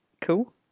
cool